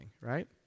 right